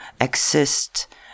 exist